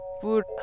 Food